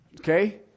Okay